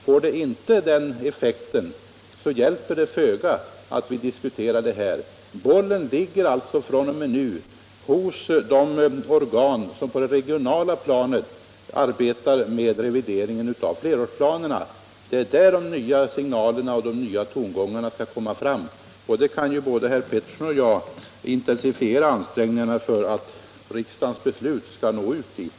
Får den inte den effekten, så hjälper det föga att vi diskuterar här. Bollen ligger alltså fr.o.m. nu hos de organ som på det regionala planet arbetar med revideringen av flerårsplanerna. Det är där de nya signalerna och de nya tongångarna skall komma fram. Både herr Petersson och jag kan ju intensifiera ansträngningarna för att riksdagens beslut skall nå ut dit.